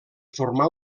formar